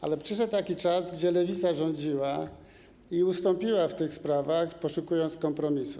Ale przyszedł taki czas, kiedy Lewica rządziła i ustąpiła w tych sprawach, poszukując kompromisu.